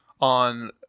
on